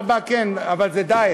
פי-שלושה ופי-ארבעה, כן, אבל זה דיאט.